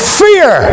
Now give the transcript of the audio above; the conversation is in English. fear